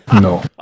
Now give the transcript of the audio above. no